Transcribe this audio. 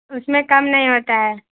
اس میں کم نہیں ہوتا ہے